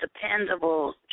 dependable